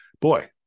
boy